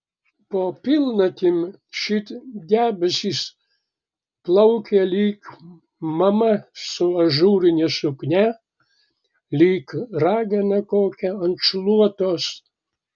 po pilnatim šit debesis plaukė lyg mama su ažūrine suknia lyg ragana kokia ant šluotos